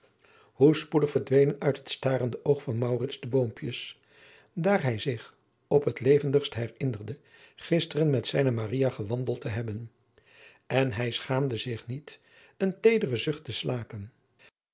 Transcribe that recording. spoedig verdwenen uit het starende oog van maurits de boompjes daar hij zich op het levendigst herinnerde gisteren met zijne maria gewandeld te hebben en hij schaamde zich niet een teederen zucht te slaken